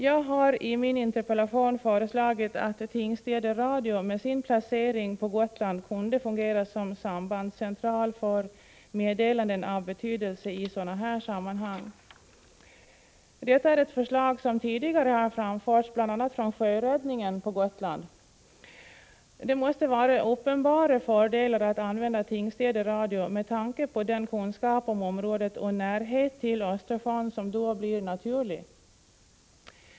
Jag har i min interpellation föreslagit att Tingstäde Radio med sin placering på Gotland kunde fungera som sambandscentral för meddelanden av betydelse i sådana här sammanhang. Detta är ett förslag som tidigare har framförts från bl.a. sjöräddningen på Gotland. Det måste vara uppenbara fördelar att använda Tingstäde Radio med tanke på den kunskap om området och den närhet till Östersjön som då blir naturlig.